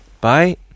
Bye